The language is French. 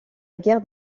guerre